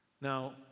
now